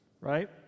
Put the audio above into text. right